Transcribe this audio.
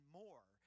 more